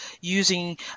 using